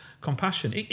compassion